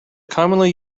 commonly